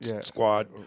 squad